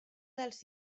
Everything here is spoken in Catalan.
dels